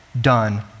done